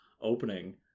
opening